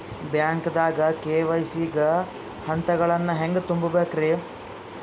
ಬ್ಯಾಂಕ್ದಾಗ ಕೆ.ವೈ.ಸಿ ಗ ಹಂತಗಳನ್ನ ಹೆಂಗ್ ತುಂಬೇಕ್ರಿ?